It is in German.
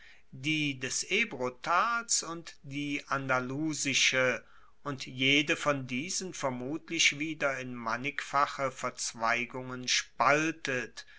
die des ebrotals und die andalusische und jede von diesen vermutlich wieder in mannigfache verzweigungen spaltet